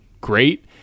great